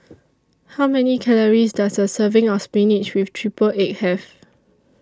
How Many Calories Does A Serving of Spinach with Triple Egg Have